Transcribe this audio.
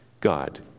God